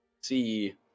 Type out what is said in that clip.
see